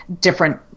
different